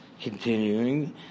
Continuing